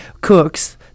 cooks